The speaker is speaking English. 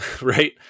right